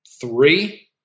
three